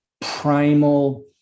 primal